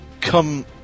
come